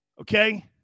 okay